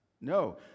No